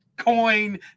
Coin